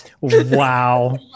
wow